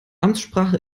amtssprache